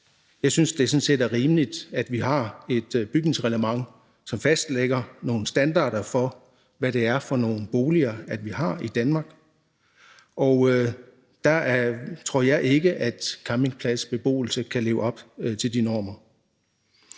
set, at det er rimeligt, at vi har et bygningsreglement, som fastsætter nogle standarder for, hvad det er for nogle boliger, vi har i Danmark. Og der tror jeg ikke, at campingpladsbeboelse kan leve op til de normer.